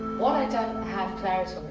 don't have clarity,